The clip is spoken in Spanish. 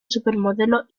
supermodelo